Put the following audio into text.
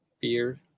fear